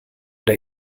der